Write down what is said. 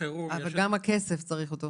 גם כסף צריך.